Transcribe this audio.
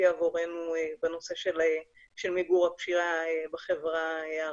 עבורנו בנושא של מיגור הפשיעה בחברה הערבית.